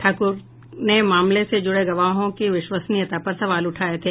ठाकुर ने मामले से जुड़े गवाहों की विश्वसनियता पर सवाल उठाये थे